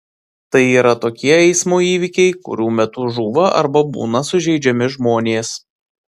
tai yra tokie eismo įvykiai kurių metu žūva arba būna sužeidžiami žmonės